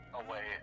away